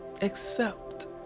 Accept